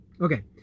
Okay